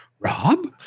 Rob